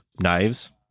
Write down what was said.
knives